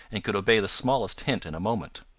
and could obey the smallest hint in a moment.